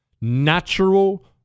Natural